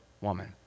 woman